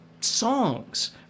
songs